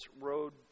road